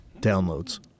downloads